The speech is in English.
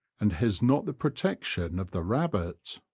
and has not the protection of the rabbit.